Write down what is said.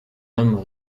homme